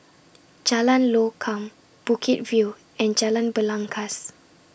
Jalan Lokam Bukit View and Jalan Belangkas